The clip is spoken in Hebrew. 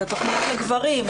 את התכניות לגברים,